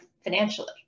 financially